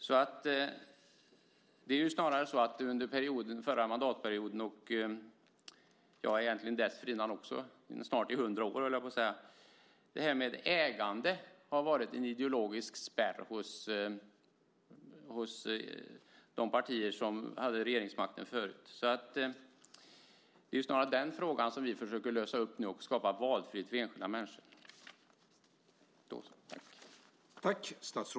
Snarare är det ägandet som under hela förra mandatperioden och även dessförinnan, snart i hundra år, har varit en ideologisk spärr hos de partier som hade regeringsmakten förut. Det är snarare den frågan vi nu försöker lösa och skapa valfrihet för enskilda människor.